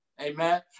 Amen